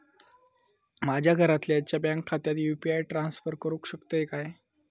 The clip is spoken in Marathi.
माझ्या घरातल्याच्या बँक खात्यात यू.पी.आय ट्रान्स्फर करुक शकतय काय?